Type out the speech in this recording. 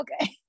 okay